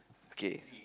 okay